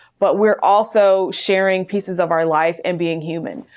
but we're also sharing pieces of our life and being human.